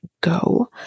go